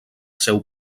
seu